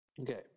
Okay